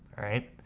alright?